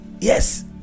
Yes